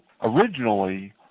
originally